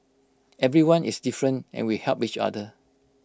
everyone is different and we help each other